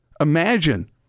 imagine